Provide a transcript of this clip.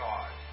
God